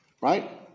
right